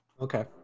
Okay